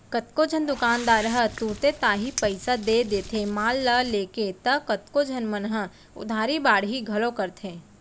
कतको झन दुकानदार ह तुरते ताही पइसा दे देथे माल ल लेके त कतको झन मन ह उधारी बाड़ही घलौ करथे